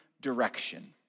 direction